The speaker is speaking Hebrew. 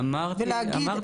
אמרתי, אמרתי שזה היה בדיון.